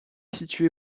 située